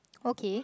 okay